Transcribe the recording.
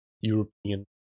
European